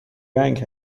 رنگ